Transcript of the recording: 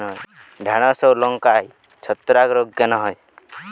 ঢ্যেড়স ও লঙ্কায় ছত্রাক রোগ কেন হয়?